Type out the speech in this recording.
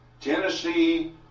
tennessee